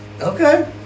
Okay